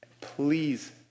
please